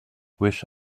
wish